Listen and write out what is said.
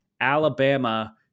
Alabama